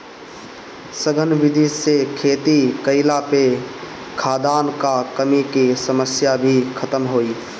सघन विधि से खेती कईला पे खाद्यान कअ कमी के समस्या भी खतम होई